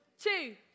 two